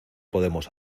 podemos